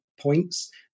points